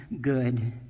good